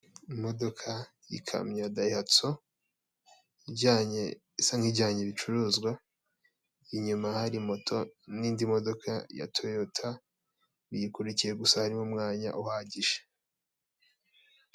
Imodoka y'ikamyo dayihatso isa nk'ijyanye ibicuruzwa, inyuma hari moto n'indi modoka ya toyota biyikurikiye gusa harimo umwanya uhagije.